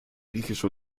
griechische